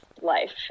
life